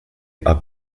are